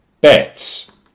bets